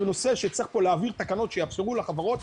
אלא בנושא שצריך להעביר תקנות שיאפשרו לחברות